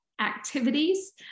activities